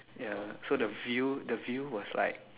ya so the view the view was like